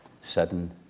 sudden